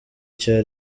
icya